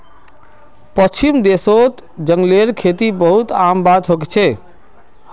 पश्चिमी देशत जंगलेर खेती बहुत आम बात छेक